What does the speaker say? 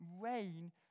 rain